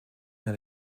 that